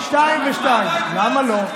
שניים ושניים, למה לא?